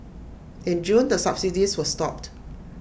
in June the subsidies were stopped